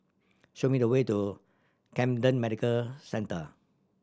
show me the way to Camden Medical Centre